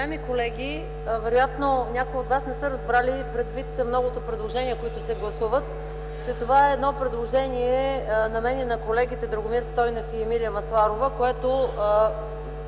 Уважаеми колеги, вероятно някои от вас не са разбрали, предвид новите предложения, които се гласуват, че това е едно предложение на мен и на колегите Драгомир Стойнев и Емилия Масларова, което